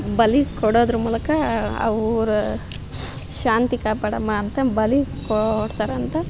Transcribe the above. ಬಲಿ ಕೊಡೋದ್ರ ಮೂಲಕ ಆ ಊರ ಶಾಂತಿ ಕಾಪಾಡಮ್ಮ ಅಂತ ಬಲಿ ಕೋಡ್ತಾರಂತೆ